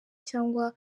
cyangwa